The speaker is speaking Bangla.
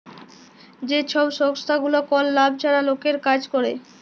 যে ছব সংস্থাগুলা কল লাভ ছাড়া লকের কাজ ক্যরে